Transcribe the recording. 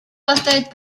поставить